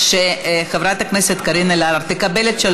כנסת, כולל חברת הכנסת קארין אלהרר, 49